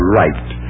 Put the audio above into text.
right